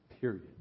Period